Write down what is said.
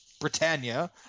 Britannia